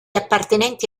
appartenenti